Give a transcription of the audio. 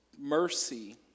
mercy